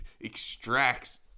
extracts